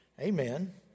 Amen